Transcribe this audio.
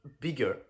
bigger